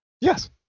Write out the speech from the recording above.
Yes